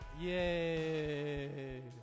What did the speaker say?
Yay